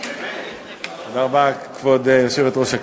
תודה רבה, כבוד היושבת-ראש.